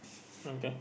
okay